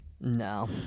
No